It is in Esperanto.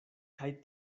kaj